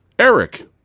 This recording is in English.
Eric